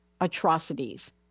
atrocities